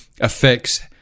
affects